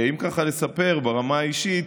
אם ככה לספר ברמה האישית,